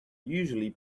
usually